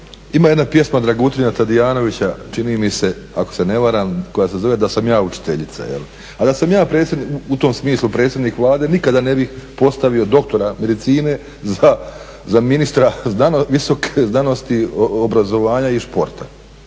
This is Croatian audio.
ima jedna pjesma Dragutina Tadijanovića čini mi se ako se ne varam koja se zove Da sam ja učiteljica, a da sam ja u tom smislu predsjednik Vlade nikada ne bih postavio doktora medicine za ministra znanosti, obrazovanja i sporta